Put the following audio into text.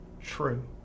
true